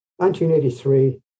1983